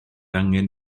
angen